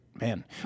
man